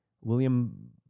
William